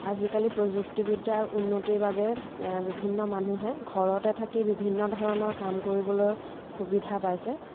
আজিকালি প্ৰযুক্তিবিদ্যাৰ উন্নতিৰ বাবে বিভিন্ন মানুহে ঘৰতে থাকি বিভিন্ন ধৰণৰ কাম কৰিবলৈ সুবিধা পাইছে